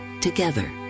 together